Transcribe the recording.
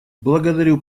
благодарю